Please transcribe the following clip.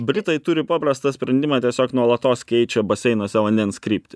britai turi paprastą sprendimą tiesiog nuolatos keičia baseinuose vandens kryptį